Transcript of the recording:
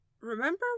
remember